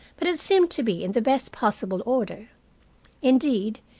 but it seemed to be in the best possible order indeed,